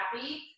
happy